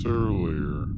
earlier